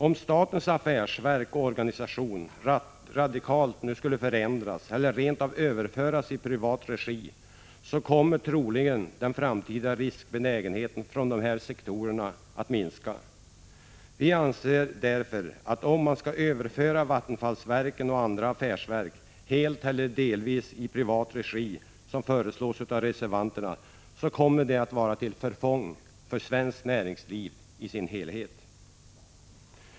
Om statens affärsverk och organisation radikalt skulle förändras eller rent av överföras i privat regi, kommer troligen den framtida riskbenägenheten inom dessa sektorer att minska. Vi anser därför att om man skulle överföra Vattenfallsverken och andra affärsverk helt eller delvis i privat regi, som föreslås av reservanterna, kommer det att vara till förfång för svenskt näringsliv i dess helhet.